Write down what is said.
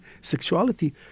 sexuality